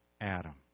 Adam